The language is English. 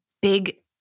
big